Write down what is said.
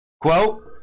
Quote